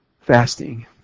fasting